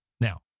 Now